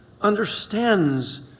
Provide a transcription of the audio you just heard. understands